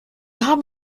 haben